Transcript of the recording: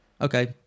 Okay